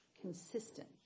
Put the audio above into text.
Consistent